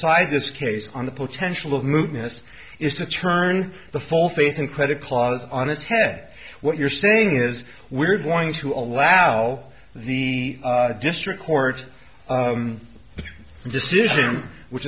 decide this case on the potential of movements is to turn the full faith and credit clause on its head what you're saying is we're going to allow the district court's decision which